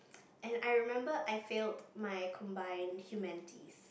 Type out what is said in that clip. and I remember I failed my combined humanities